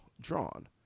drawn